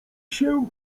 się